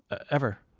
ever.